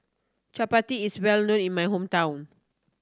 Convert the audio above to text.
Chapati is well known in my hometown